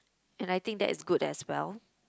and I think that is good as well